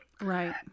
right